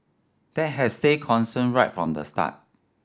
that has stayed constant right from the start